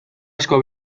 asko